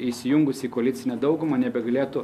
įsijungusi į koalicinę daugumą nebegalėtų